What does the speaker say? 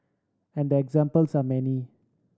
and the examples are many